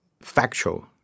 factual